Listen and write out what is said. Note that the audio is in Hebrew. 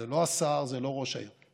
זה לא השר וזה לא ראש העיר,